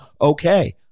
Okay